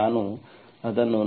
ಅದನ್ನು ನಾವು ನೋಡಬಹುದು